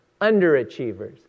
underachievers